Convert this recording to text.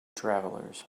travelers